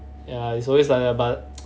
ya it's always like that but